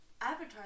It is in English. Avatar